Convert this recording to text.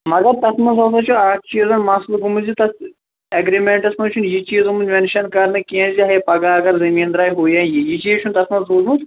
مگر تتھ منٛز ہسا چھُ اکھ چیٖزا مسلہٕ گوٚمُت یہِ زِ تتھ اگریمنٹس ٛمنز چھِ یہِ چیٖز روٗدمُت مینشن کَرنٕے کینہہ چاہے پگہہ اگر زٔمیٖن درٛاے ہُہ یا یہِ یہِ چیٖز چھُنہٕ تتھ منٛز روٗدمُت کینٛہہ